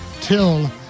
till